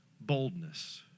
boldness